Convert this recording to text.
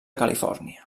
califòrnia